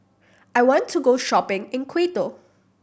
I want to go shopping in Quito